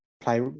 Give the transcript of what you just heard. play